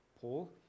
Paul